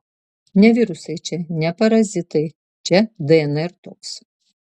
ne virusai čia ne parazitai čia dnr toks